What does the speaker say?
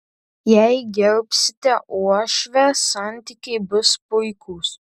jei gerbsite uošvę santykiai bus puikūs